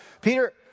Peter